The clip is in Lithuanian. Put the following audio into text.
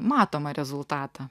matomą rezultatą